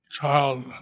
child